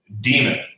demon